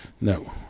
no